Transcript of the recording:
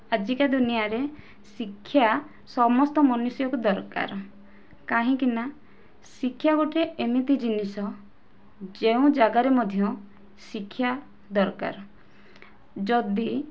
ଆଜିକା ଦୁନିଆରେ ଶିକ୍ଷା ସମସ୍ତ ମନ୍ୟୁଷକୁ ଦରକାର କାହିଁକି ନା ଶିକ୍ଷା ଗୋଟିଏ ଏମିତି ଜିନିଷ ଯେଉଁ ଜାଗାରେ ମଧ୍ୟ ଶିକ୍ଷା ଦରକାର ଯଦି